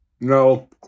No